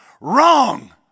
wrong